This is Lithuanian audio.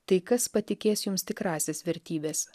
tai kas patikės jums tikrąsias vertybes